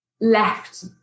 left